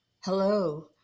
Hello